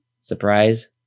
surprise